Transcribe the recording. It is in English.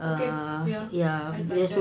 okay ya I'd like that